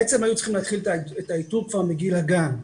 בעצם היו צריכים להתחיל את האיתור כבר מגיל הגן.